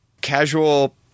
Casual